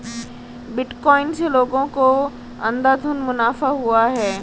bitcoin से लोगों को अंधाधुन मुनाफा हुआ है